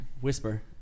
Whisper